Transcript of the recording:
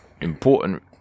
important